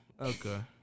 Okay